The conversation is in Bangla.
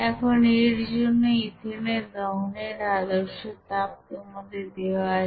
এখন এর জন্য ইথেনের দহনের আদর্শ তাপ তোমাদের দেওয়া আছে